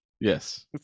Yes